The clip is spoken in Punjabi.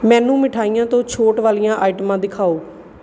ਮੈਨੂੰ ਮਿਠਾਈਆਂ ਤੋਂ ਛੋਟ ਵਾਲੀਆਂ ਆਈਟਮਾਂ ਦਿਖਾਓ